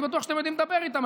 אני בטוח שאתם יודעים לדבר איתם.